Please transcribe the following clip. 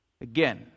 Again